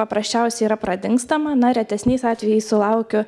paprasčiausia yra pradingstama na retesniais atvejais sulaukiu